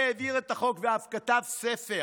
שהעביר את החוק ואף כתב ספר,